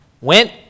went